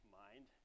mind